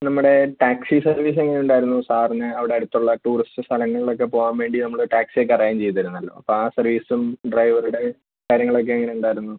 നമ്മുടെ taxi service എങ്ങനെ ഉണ്ടായിരുന്നു സാറിന് അവിടെ അടുത്തുള്ള ടൂറിസ്റ്റ് സ്ഥലങ്ങളിലൊക്കെ പോവാൻ വേണ്ടി നമ്മൾ ടാക്സിയൊക്കെ അറേഞ്ച് ചെയ്തിരുന്നല്ലോ അപ്പോൾ ആ സർവീസും ഡ്രൈവറുടെ കാര്യങ്ങളൊക്കെ എങ്ങനെ ഉണ്ടായിരുന്നു